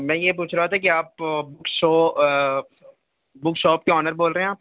میں یہ پوچھ رہا تھا کہ آپ شو بک شاپ کے آنر بول رہے ہیں آپ